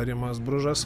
rimas bružas